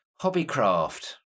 Hobbycraft